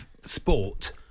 sport